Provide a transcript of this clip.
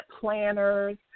planners